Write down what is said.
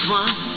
one